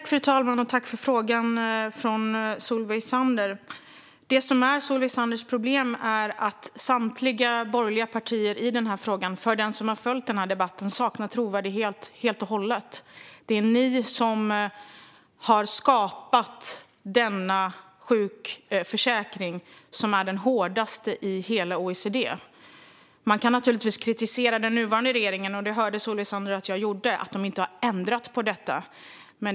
Fru talman! Tack för frågan från Solveig Zander! Det som är Solveig Zanders problem är att för den som har följt den här debatten saknar samtliga borgerliga partier trovärdighet helt och hållet. Det är ni som har skapat denna sjukförsäkring, som är den hårdaste i hela OECD. Man kan naturligtvis kritisera den nuvarande regeringen, och det hörde Solveig Zander att jag gjorde, för att man inte har ändrat på detta.